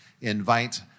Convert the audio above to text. invite